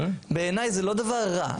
בעיניי זה לא דבר רע,